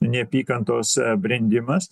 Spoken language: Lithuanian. neapykantos brendimas